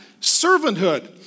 servanthood